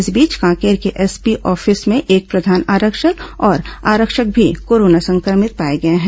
इस बीच कांकेर के एसपी ऑफिस में एक प्रधान आरक्षक और आरक्षक भी कोरोना संक्रमित पाए गए हैं